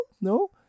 no